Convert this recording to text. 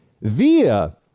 via